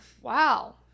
wow